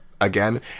again